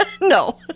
No